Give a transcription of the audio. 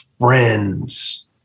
friends